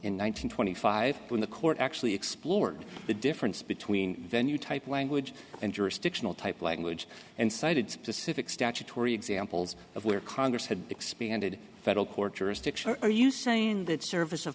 thousand twenty five when the court actually explored the difference between venue type language and jurisdictional type language and cited specific statutory examples of where congress had expanded federal court jurisdiction are you saying that service of